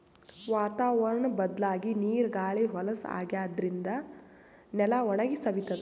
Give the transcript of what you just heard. ವಾತಾವರ್ಣ್ ಬದ್ಲಾಗಿ ನೀರ್ ಗಾಳಿ ಹೊಲಸ್ ಆಗಾದ್ರಿನ್ದ ನೆಲ ಒಣಗಿ ಸವಿತದ್